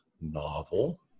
novel